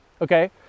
Okay